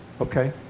okay